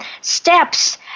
steps